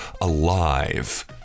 alive